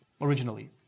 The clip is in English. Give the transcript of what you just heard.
originally